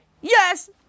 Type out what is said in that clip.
Yes